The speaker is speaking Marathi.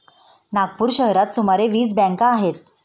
नागपूर शहरात सुमारे वीस बँका आहेत